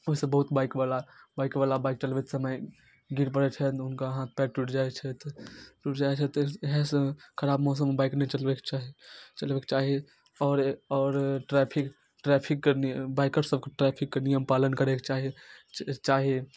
ओइसँ बहुत बाइकवला बाइकवला बाइक चलबैके समय गिर पड़ै छै हुनका हाथ पयर टुटि जाइ छै टुटि जाइ छै इएहसँ खराब मौसममे बाइक नहि चलबैके चाही चलबैके चाही आओर आओर ट्रेफिक ट्रेफिक बाइकर सबके ट्रेफिकके नियम पालन करैके चाही से तऽ चाही